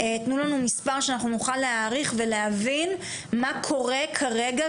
תנו לנו מספר שאנחנו נוכל להעריך ולהבין מה קורה כרגע,